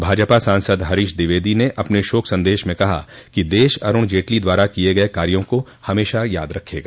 भाजपा सांसद हरीश द्विवेदी ने अपने शोक सन्देश में कहा कि दश अरूण जेटली द्वारा किये गये कार्यो को हमेशा याद रखेगा